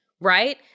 right